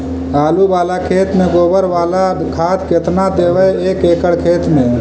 आलु बाला खेत मे गोबर बाला खाद केतना देबै एक एकड़ खेत में?